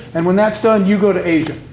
and when that's done, you go to asia.